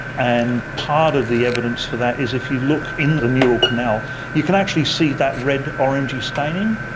and part of the evidence for that is if you look in the neural canal you can actually see that red-orangey staining,